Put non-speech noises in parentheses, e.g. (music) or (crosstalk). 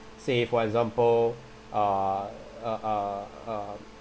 say for example (breath) uh uh uh um